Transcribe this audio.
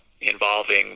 involving